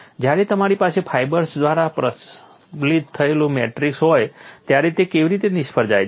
જ્યારે તમારી પાસે ફાઇબર્સ દ્વારા પ્રબલિત થયેલું મેટ્રિક્સ હોય ત્યારે તે કેવી રીતે નિષ્ફળ જાય છે